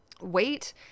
weight